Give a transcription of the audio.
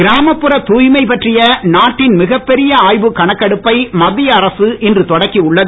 கிராமப்புற தூய்மை பற்றிய நாட்டின் மிகப்பெரிய ஆய்வுக் கணக்கெடுப்பை மத்திய அரசு இன்று தொடக்கி உள்ளது